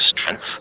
strength